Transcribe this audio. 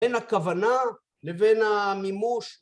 בין הכוונה, לבין המימוש